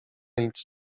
nic